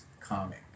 comic